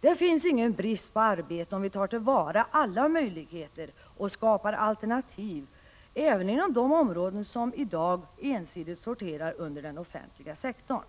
Det finns ingen brist på arbete, om vi tar till vara alla möjligheter och skapar alternativ även inom de områden som i dag ensidigt sorterar under den offentliga sektorn.